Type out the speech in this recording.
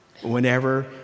whenever